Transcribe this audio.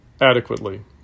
adequately